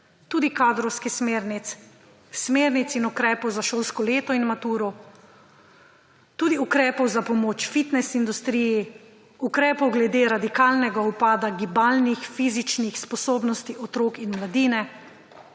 tudi kadrovskih smernic, smernic in ukrepov za šolsko leto in maturo, tudi ukrepov za pomoč fitnes industriji, ukrepov glede radikalnega upada gibalnih, fizičnih sposobnosti otrok in mladine,